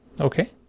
Okay